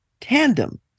Tandem